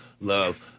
love